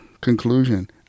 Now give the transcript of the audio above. conclusion